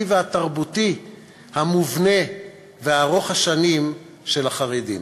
והתרבותי המובנה וארוך-השנים של החרדים?